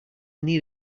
need